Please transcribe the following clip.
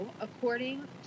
according